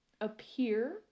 appear